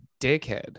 dickhead